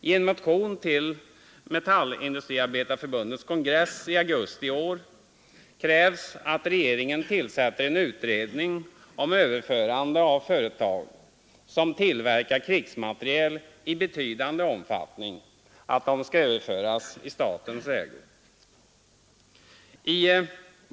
I en motion till Metallindustriarbetareförbundets kongress i augusti i år krävs att regeringen tillsätter en utredning om överförande i statens ägo av företag som tillverkar krigsmateriel i betydande omfattning.